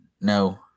no